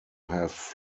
have